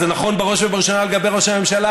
זה נכון בראש ובראשונה לגבי ראש הממשלה,